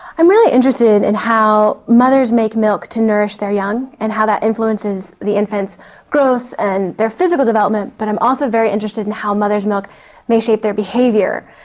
i'm really interested in how mothers make milk to nourish their young and how that influences the infant's growth and their physical development, but i'm also very interested in how mother's milk may shape their behaviour.